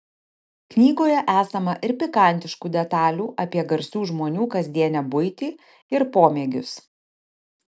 knygoje esama ir pikantiškų detalių apie garsių žmonių kasdienę buitį ir pomėgius